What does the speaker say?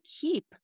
keep